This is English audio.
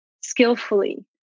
skillfully